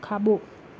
खाॿो